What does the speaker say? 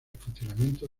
funcionamiento